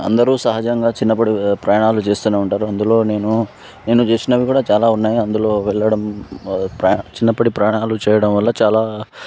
అందరూ సహజంగా చిన్నప్పుడు ప్రయాణాలు చేస్తునే ఉంటారు అందులో నేను నేను చేసినవి కూడా చాలా ఉన్నాయి అందులో వెళ్ళడం చిన్నప్పుడు ప్రయాణాలు చేయడం వల్ల చాలా